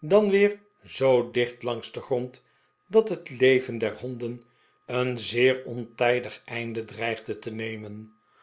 en dan weer zoo dicht langs den grond dat het leven der honden een zeer ontijdig einde dreigde te nemen